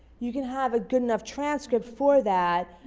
you can have a good enough transcript for that,